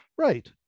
Right